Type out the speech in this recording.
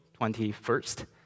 21st